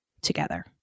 Together